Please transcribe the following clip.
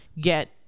get